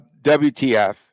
WTF